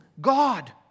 God